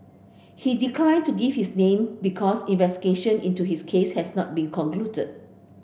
he declined to give his name because investigation into his case has not concluded